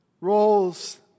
roles